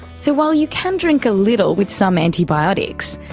so while you can drink a little with some antibiotics,